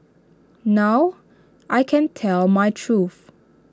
now I can tell my truth